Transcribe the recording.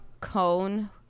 cone